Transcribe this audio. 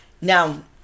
now